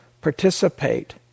participate